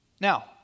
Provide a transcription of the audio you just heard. Now